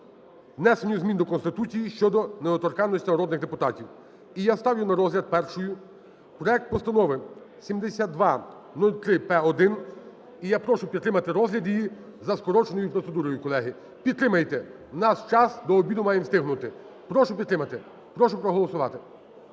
внесенню змін до Конституції щодо недоторканності народних депутатів. І я ставлю на розгляд першою проект Постанови 7203/П1. І я прошу підтримати розгляд її за скороченою процедурою, колеги. Підтримайте, в нас час, до обіду маємо встигнути. Прошу підтримати. Прошу проголосувати.